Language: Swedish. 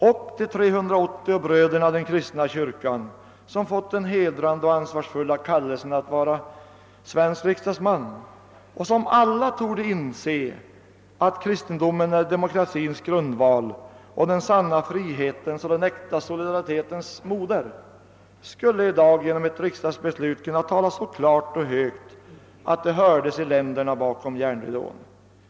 Och de 380 bröderna i den kristna kyrkan som fått den hedrande och ansvarsfulla kallelsen att vara svensk riksdagsman och som alla torde inse, att kristendomen är demokratins grundval och den sanna frihetens och den äkta solidaritetens moder, skulle i dag genom ett riksdagsbeslut kunna tala så klart och högt att de hördes i länderna bakom järnridån.